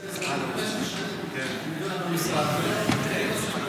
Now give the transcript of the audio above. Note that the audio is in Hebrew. הזאת נדונה במשרד במשך שנים ולא מצליחים לפתור אותה.